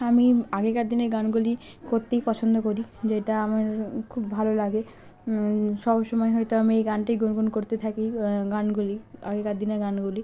আমি আগেকার দিনের গানগুলি কোত্তেই পছন্দ করি যেটা আমার খুব ভালো লাগে সব সময় হয়তো আমি এই গানটাই গুনগুন করতে থাকি গানগুলি আগেকার দিনের গানগুলি